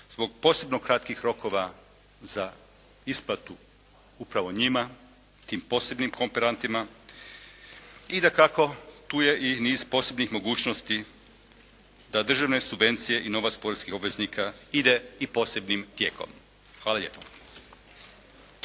zbog posebno kratkih rokova za isplatu upravo njima, tim posebnim kooperantima i dakako tu je i niz posebnih mogućnosti da državne subvencije i novac poreznih obveznika ide i posebnim tijekom. Hvala lijepo.